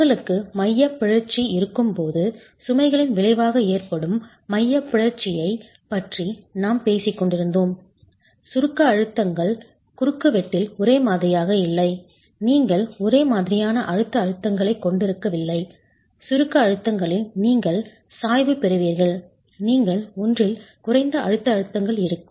உங்களுக்கு மையப் பிறழ்ச்சி இருக்கும்போது சுமைகளின் விளைவாக ஏற்படும் மையப் பிறழ்ச்சியை ப் பற்றி நாம் பேசிக் கொண்டிருந்தோம் சுருக்க அழுத்தங்கள் குறுக்குவெட்டில் ஒரே மாதிரியாக இல்லை நீங்கள் ஒரே மாதிரியான அழுத்த அழுத்தங்களைக் கொண்டிருக்கவில்லை சுருக்க அழுத்தங்களில் நீங்கள் சாய்வு பெறுவீர்கள் நீங்கள் ஒன்றில் குறைந்த அழுத்த அழுத்தங்கள் இருக்கும்